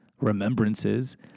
remembrances